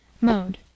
Mode